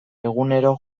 egunero